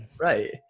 right